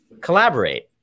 collaborate